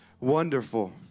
Wonderful